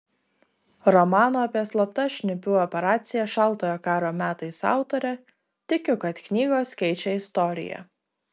romano apie slaptas šnipių operacijas šaltojo karo metais autorė tikiu kad knygos keičia istoriją